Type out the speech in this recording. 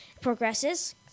progresses